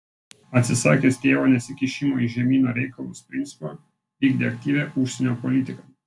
atsisakęs tėvo nesikišimo į žemyno reikalus principo vykdė aktyvią užsienio politiką